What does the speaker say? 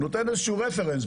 הוא נותן איזשהו רפרנס.